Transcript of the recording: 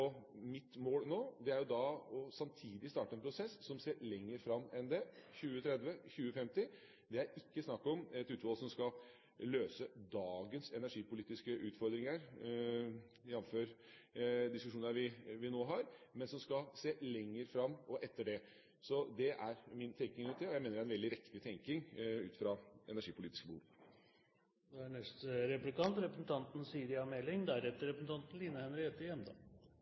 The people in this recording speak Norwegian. Mitt mål nå er samtidig å starte en prosess som ser lenger fram enn det – 2030, 2050. Det er ikke snakk om et utvalg som skal løse dagens energipolitiske utfordringer, jf. diskusjoner vi nå har, men som skal se lenger fram, og etter det. Så det er min tenkning rundt det, og jeg mener det er en veldig riktig tenkning ut fra energipolitiske behov. Noen politikkområder krever en større langsiktighet og kanskje en større grad av enighet enn andre, og energiområdet er